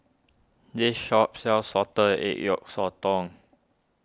this shop sells Salted Egg Yolk Sotong